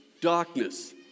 darkness